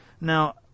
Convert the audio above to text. now